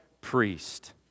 priest